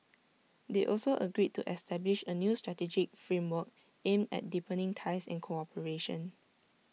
they also agreed to establish A new strategic framework aimed at deepening ties and cooperation